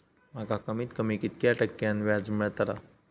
माका कमीत कमी कितक्या टक्क्यान व्याज मेलतला?